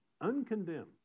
uncondemned